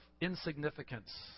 insignificance